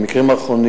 המקרים האחרונים